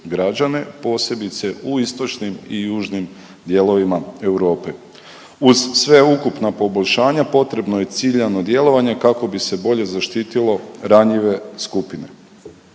građane posebice u istočnim i južnim dijelovima Europe. Uz sveukupna poboljšanja potrebno je ciljano djelovanje kako bi se bolje zaštitilo ranjive skupine.